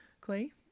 Clay